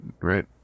right